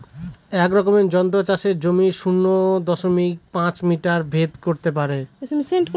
এক রকমের যন্ত্র চাষের জমির শূন্য দশমিক পাঁচ মিটার ভেদ করত পারে